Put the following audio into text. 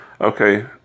Okay